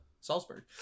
Salzburg